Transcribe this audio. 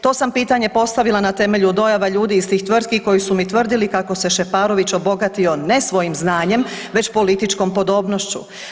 To sam pitanje postavila na temelju dojava ljudi iz tih tvrtki koji su mi tvrdili kako se Šeparović obogatio ne svojim znanjem već političkom podobnošću.